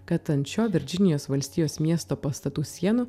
kad ant šio virdžinijos valstijos miesto pastatų sienų